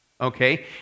okay